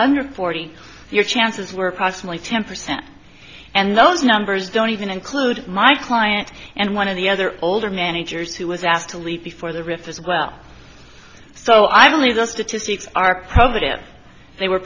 under forty your chances were approximately ten percent and those numbers don't even include my client and one of the other older managers who was asked to leave before the rift as well so i'm only the statistics are probably they were